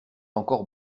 encore